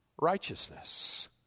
Righteousness